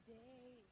day